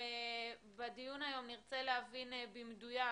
בדיון היום נרצה להבין במדויק